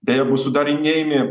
beje bus sudarinėjami